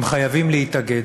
הם חייבים להתאגד.